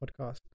podcast